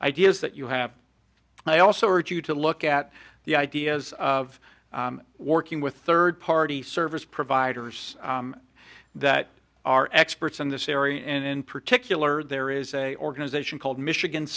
idea is that you have and i also urge you to look at the ideas of working with third party service providers that are experts in this area and in particular there is a organization called michigan